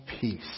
peace